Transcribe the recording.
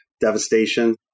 devastation